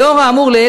"לאור האמור לעיל,